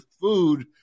food